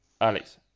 Alex